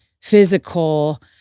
physical